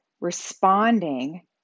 responding